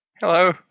hello